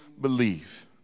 believe